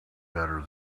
better